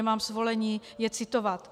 Mám svolení je citovat.